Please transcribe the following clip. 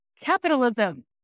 capitalism